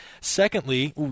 Secondly